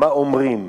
מה אומרים,